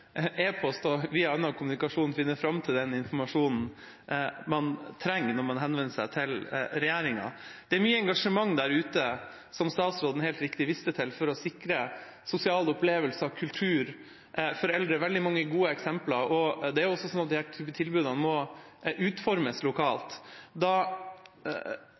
og via annen kommunikasjon finne fram til den informasjonen man trenger når man henvender seg til regjeringa. Det er mye engasjement der ute, noe statsråden helt riktig viste til, for å sikre sosiale opplevelser og kultur for de eldre. Det er veldig mange gode eksempler. Det er også sånn at disse tilbudene må utformes lokalt. Da